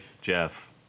Jeff